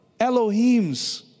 Elohims